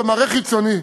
במראה חיצוני.